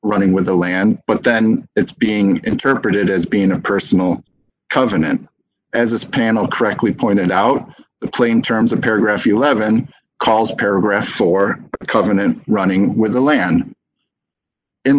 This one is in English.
running with the land but then it's being interpreted as being a personal covenant as this panel correctly pointed out the claim terms of paragraph eleven calls paragraph four covenant running with the land in